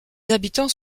habitants